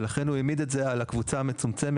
ולכן הוא העמיד את זה על הקבוצה המצומצמת,